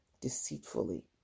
deceitfully